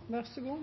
er